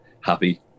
happy